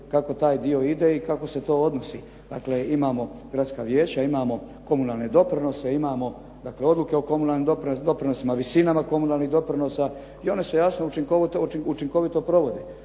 kako taj dio ide i kako se to odnosi. Dakle, imamo gradska vijeća, imamo komunalne doprinose, imamo odluke o komunalnim doprinosima, visinama komunalnih doprinosa i one su jasno učinkovito provode.